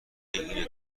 این